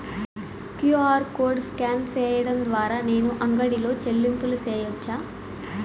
QR code scan సేయడం ద్వారా నేను అంగడి లో చెల్లింపులు సేయొచ్చా?